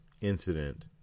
incident